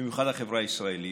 במיוחד החברה הישראלית,